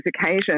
occasions